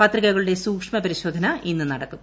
പത്രികകളുടെ സൂക്ഷ്മ പരിശോധന ഇന്ന് നടക്കും